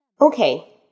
Okay